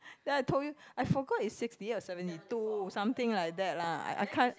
then I told you I forgot is sixty eight or seventy two something like that lah I can't